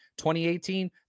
2018